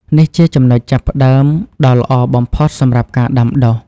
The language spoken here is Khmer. នេះជាចំណុចចាប់ផ្ដើមដ៏ល្អបំផុតសម្រាប់ការដាំដុះ។